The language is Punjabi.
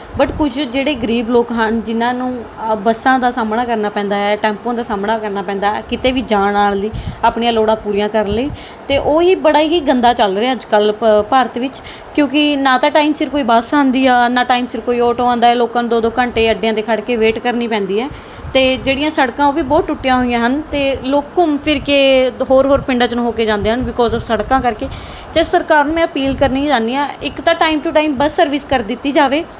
ਬਟ ਕੁਛ ਜਿਹੜੇ ਗਰੀਬ ਲੋਕ ਹਨ ਜਿਹਨਾਂ ਨੂੰ ਆ ਬੱਸਾਂ ਦਾ ਸਾਹਮਣਾ ਕਰਨਾ ਪੈਂਦਾ ਹੈ ਟੈਂਪੂਆਂ ਦਾ ਸਾਹਮਣਾ ਕਰਨਾ ਪੈਂਦਾ ਕਿਤੇ ਵੀ ਜਾਣ ਆਉਣ ਲਈ ਆਪਣੀਆਂ ਲੋੜਾਂ ਪੂਰੀਆਂ ਕਰਨ ਲਈ ਅਤੇ ਉਹੀ ਬੜਾ ਹੀ ਗੰਦਾ ਚੱਲ ਰਿਹਾ ਅੱਜ ਕੱਲ੍ਹ ਪ ਭਾਰਤ ਵਿੱਚ ਕਿਉਂਕਿ ਨਾ ਤਾਂ ਟਾਈਮ ਸਿਰ ਕੋਈ ਬੱਸ ਆਉਂਦੀ ਆ ਨਾ ਟਾਈਮ ਸਿਰ ਕੋਈ ਆਟੋ ਆਉਂਦਾ ਲੋਕਾਂ ਨੂੰ ਦੋ ਦੋ ਘੰਟੇ ਅੱਡਿਆਂ ਦੇ ਖੜ੍ਹ ਕੇ ਵੇਟ ਕਰਨੀ ਪੈਂਦੀ ਐ ਤੇ ਜਿਹੜੀਆਂ ਸੜਕਾਂ ਉਹ ਵੀ ਬਹੁਤ ਟੁੱਟੀਆਂ ਹੋਈਆਂ ਹਨ ਅਤੇ ਲੋਕ ਘੁੰਮ ਫਿਰ ਕੇ ਹੋਰ ਹੋਰ ਪਿੰਡਾਂ 'ਚ ਨੂੰ ਹੋ ਕੇ ਜਾਂਦੇ ਹਨ ਬਿਕੋਜ਼ ਉਸ ਸੜਕਾਂ ਕਰਕੇ ਜੇ ਸਰਕਾਰ ਨੂੰ ਮੈਂ ਅਪੀਲ ਕਰਨੀ ਚਾਹੁੰਦੀ ਹਾਂ ਇੱਕ ਤਾਂ time to time bus service ਕਰ ਦਿੱਤੀ ਜਾਵੇ